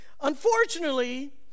Unfortunately